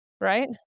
Right